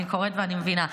אני קוראת ואני מבינה.